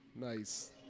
nice